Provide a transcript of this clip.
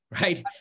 right